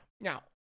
now